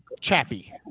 Chappy